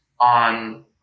on